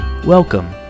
Welcome